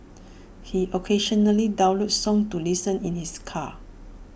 he occasionally downloads songs to listen in his car